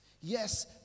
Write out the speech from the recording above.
Yes